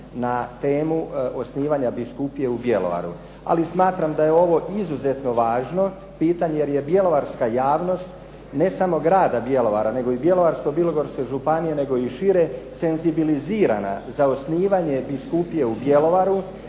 na temu osnivanja biskupije u Bjelovaru. Ali smatram da je ovo izuzetno važno pitanje jer je bjelovarska javnost, ne samo grada Bjelovara i Bjelovarsko-bilogorske županije nego i šire senzibilizirana za osnivanje biskupije u Bjelovaru